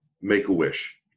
Make-A-Wish